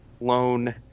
loan